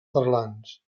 parlants